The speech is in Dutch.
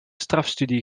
strafstudie